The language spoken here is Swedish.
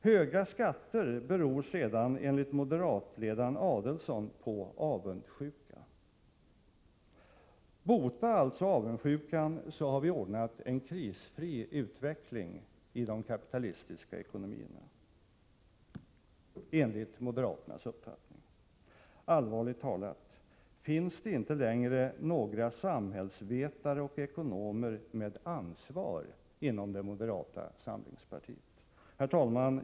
Höga skatter beror enligt moderatledaren på avundsjuka. Bota alltså avundsjukan, så har vi ordnat en krisfri utveckling inom de kapitalistiska ekonomierna, enligt moderaternas uppfattning. Allvarligt talat: Finns det inte längre några samhällsvetare och ekonomer med ansvar inom det moderata samlingspartiet? Herr talman!